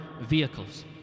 vehicles